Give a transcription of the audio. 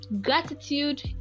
gratitude